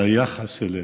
ביחס אליהם.